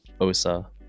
osa